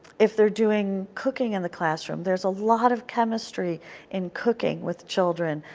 if they are doing cooking in the classroom, there is a lot of chemistry in cooking with children.